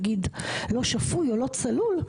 לא שפוי או לא צלול,